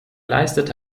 leistete